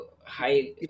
high